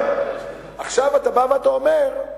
עכשיו אתה בא ואומר,